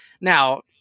now